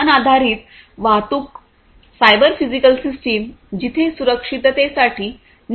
वाहन आधारित वाहतूक सायबर फिजिकल सिस्टम जिथे सुरक्षिततेसाठी निकटता शोधली जाते